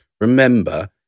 remember